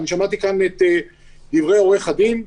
שמעתי כאן את דברי עורך-הדין.